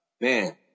man